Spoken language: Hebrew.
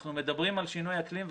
אנחנו מדברים על שינוי אקלים,